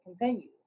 continues